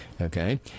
Okay